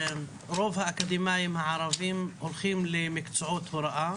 רוב האקדמאים הערבים הולכים למקצועות ההוראה,